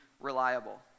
reliable